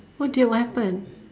oh dear what happen